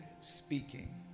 speaking